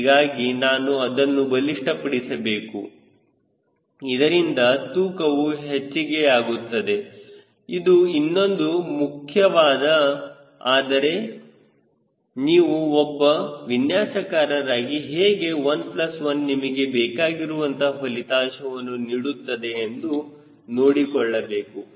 ಹೀಗಾಗಿ ನಾನು ಅದನ್ನು ಬಲಿಷ್ಠಪಡಿಸಬೇಕು ಇದರಿಂದ ತೂಕವು ಹೆಚ್ಚಿಗೆಯಾಗುತ್ತದೆ ಇದು ಇನ್ನೊಂದು ಮುಖವಾಗುತ್ತದೆ ಆದರೆ ನೀವು ಒಬ್ಬ ವಿನ್ಯಾಸಕಾರರಾಗಿ ಹೇಗೆ 1 ಪ್ಲಸ್ 1 ನಿಮಗೆ ಬೇಕಾಗಿರುವಂತಹ ಫಲಿತಾಂಶ ನೀಡುತ್ತದೆ ಎಂದು ನೋಡಿಕೊಳ್ಳಬೇಕು